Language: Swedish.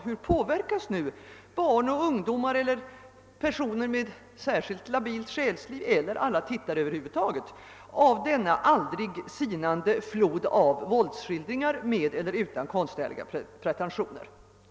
Hur påverkas barn, ungdomar och personer med särskilt labilt själsliv — eller tittare över huvud taget — av denna aldrig sinade flod av våldsskildringar med mer eller mindre konstnärliga pretentioner?